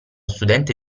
studente